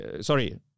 Sorry